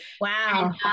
Wow